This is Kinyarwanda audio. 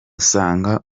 ugasanga